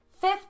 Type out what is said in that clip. Fifth